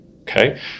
Okay